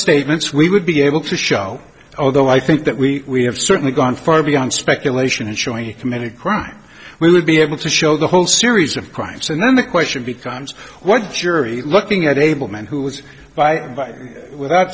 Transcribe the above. statements we would be able to show although i think that we have certainly gone far beyond speculation and showing you committed crimes we would be able to show the whole series of crimes and then the question becomes what jury looking at able man who was by